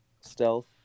stealth